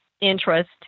interest